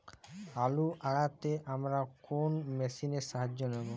আলু তাড়তে আমরা কোন মেশিনের সাহায্য নেব?